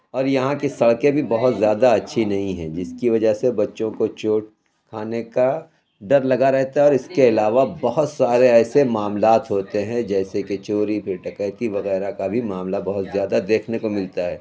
اور یہاں کی سڑکیں بھی بہت زیادہ اچھی نہیں ہیں جس کی وجہ سے بچوں کو چوٹ کھانے کا ڈر لگا رہتا ہے اور اِس کے علاوہ بہت سارے ایسے معاملات ہوتے ہیں جیسے کہ چوری پھر ڈکیتی وغیرہ کا بھی معاملہ بہت زیادہ دیکھنے کو ملتا ہے